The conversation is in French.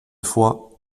fois